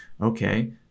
okay